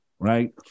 right